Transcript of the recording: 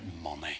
money